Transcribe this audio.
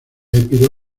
epiro